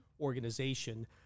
organization